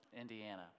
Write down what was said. Indiana